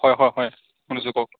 হয় হয় হয় শুনিছোঁ কওক